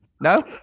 No